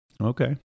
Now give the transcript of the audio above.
Okay